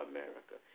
America